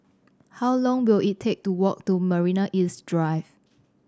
how long will it take to walk to Marina East Drive